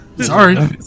Sorry